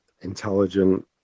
intelligent